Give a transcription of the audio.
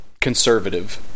conservative